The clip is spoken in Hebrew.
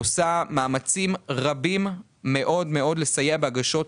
עושה מאמצים רבים מאוד מאוד לסייע בהגשות,